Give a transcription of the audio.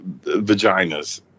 vaginas